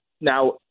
Now